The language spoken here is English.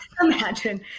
imagine